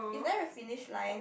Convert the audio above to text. is there a finish line